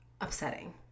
upsetting